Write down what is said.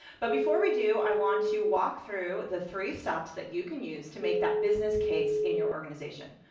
but before we do i want to walk through the three steps that you can use to make that business case in your organization.